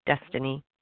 destiny